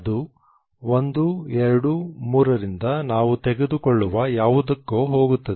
ಅದು 1 2 3 ರಿಂದ ನಾವು ತೆಗೆದುಕೊಳ್ಳುವ ಯಾವುದಕ್ಕೂ ಹೋಗುತ್ತದೆ